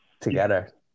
together